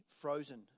Frozen